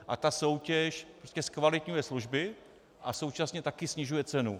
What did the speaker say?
A ta soutěž prostě zkvalitňuje služby a současně taky snižuje cenu.